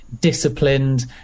disciplined